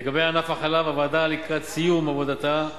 לגבי ענף החלב הוועדה לקראת סיום עבודתה,